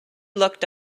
looked